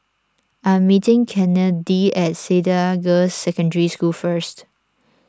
I am meeting Kennedi at Cedar Girls' Secondary School first